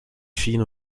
fine